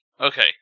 Okay